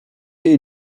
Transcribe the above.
jej